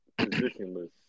positionless